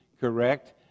correct